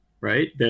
right